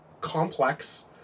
complex